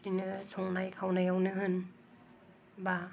बिदिनो संनाय खावनायावनो होन बा